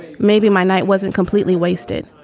maybe my night wasn't completely wasted.